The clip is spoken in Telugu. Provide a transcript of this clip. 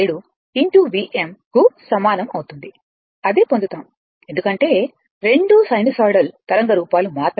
637 Vm కు సమానం అవుతుంది అదే పొందుతాము ఎందుకంటే రెండూ సైనూసోయిడల్ తరంగ రూపాలు మాత్రమే